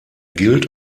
gilt